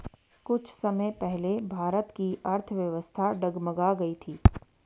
कुछ समय पहले भारत की अर्थव्यवस्था डगमगा गयी थी